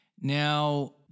Now